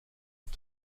auf